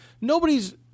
nobody's